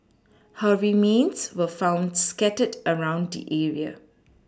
her remains were found scattered around the area